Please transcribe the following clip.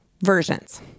versions